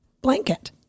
blanket